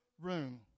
room